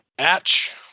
match